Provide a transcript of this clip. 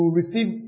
receive